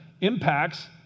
impacts